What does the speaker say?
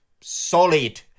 solid